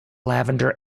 lavender